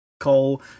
Cole